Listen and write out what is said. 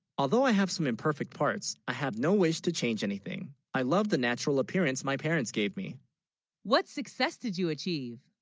although, i have some imperfect parts i have no wish to change anything i love the natural appearance, my parents gave me what success did you achieve